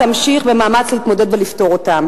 והממשלה תמשיך במאמץ להתמודד ולפתור גם אותם.